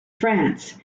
france